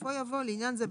ובסופו יבוא "לעניין זה,